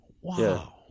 Wow